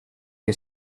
que